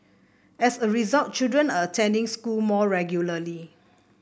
as a result children are attending school more regularly